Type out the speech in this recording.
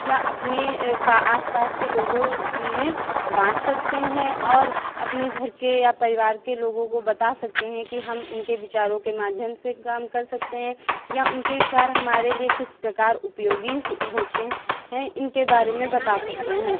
या अपने पा आस पास के लोगों में बाँट सकते हैं और अपने घर के या परिवार के लोगों को बता सकते हैं कि हम इनके विचारों के माध्यम से काम कर सकते हैं या उनके विचार हमारे लिए किस प्रकार उपयोगी होते हैं इनके बारे में बता सकते हैं